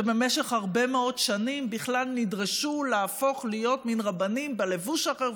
שבמשך הרבה מאוד שנים בכלל נדרשו להפוך להיות מין רבנים בלבוש אחר,